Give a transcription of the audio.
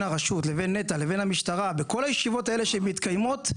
הרשות לבין נת"ע לבין המשטרה בכול הישיבות האלה שמתקיימות,